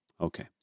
Okay